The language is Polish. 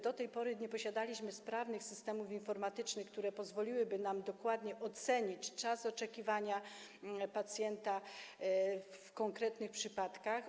Do tej pory nie posiadaliśmy sprawnych systemów informatycznych, które pozwoliłyby nam dokładnie ocenić czas oczekiwania pacjenta w konkretnych przypadkach.